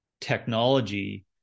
technology